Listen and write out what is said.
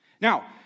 Now